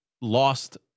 lost